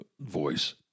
voice